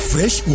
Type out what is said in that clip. Fresh